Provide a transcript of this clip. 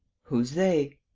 who's they?